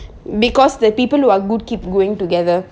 because the people who are good keep going together